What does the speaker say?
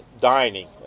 dining